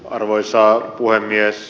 arvoisa puhemies